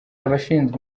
abashinzwe